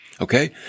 Okay